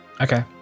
okay